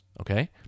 okay